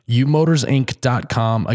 umotorsinc.com